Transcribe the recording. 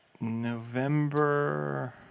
November